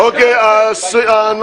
אין הערעור לא נתקבל.